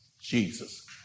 Jesus